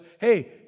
hey